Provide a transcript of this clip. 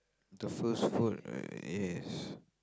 the first food uh yes